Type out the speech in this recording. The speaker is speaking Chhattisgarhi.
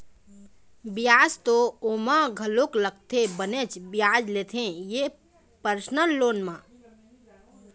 बियाज तो ओमा घलोक लगथे बनेच बियाज लेथे ये परसनल लोन म